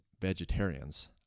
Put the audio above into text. vegetarians